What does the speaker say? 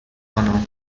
خانم